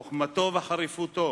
חוכמתו וחריפותו,